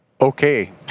okay